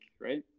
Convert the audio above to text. right